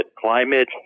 climate